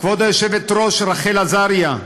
כבוד היושבת-ראש, רחל עזריה,